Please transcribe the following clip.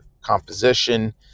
composition